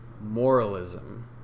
moralism